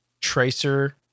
tracer